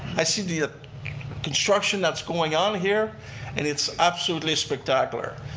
i see the ah instruction that's going on here and it's absolutely spectacular.